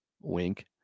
Wink